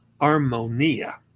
Armonia